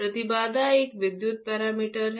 प्रतिबाधा एक विद्युत पैरामीटर है